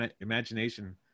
imagination